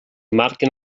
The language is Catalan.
marquen